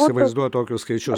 įsivaizduot tokius skaičius